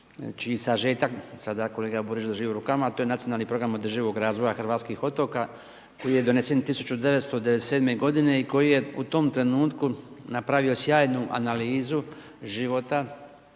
i sažetak sada kolega Borić drži u rukama, a to je Nacionalni program održivog razvoja hrvatskih otoka koji je donesen 1997. godine i koji je u tom trenutku napravio sjajnu analizu života na hrvatskim otocima,